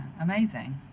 amazing